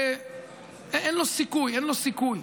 ואין לו סיכוי, אין לו סיכוי.